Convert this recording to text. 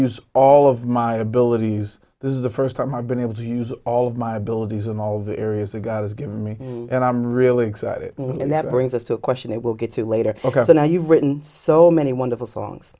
use all of my abilities this is the first time i've been able to use all of my abilities and all of the areas that god has given me and i'm really excited and that brings us to a question that will get to later ok so now you've written so many wonderful songs